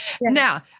Now